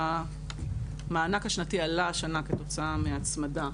המענק השנתי עלה השנה כתוצאה מהצמדה,